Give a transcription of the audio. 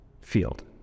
field